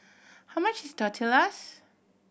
how much is Tortillas